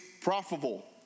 profitable